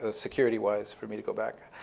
ah security wise, for me to go back.